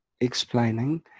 explaining